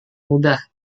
mudah